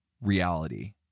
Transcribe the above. reality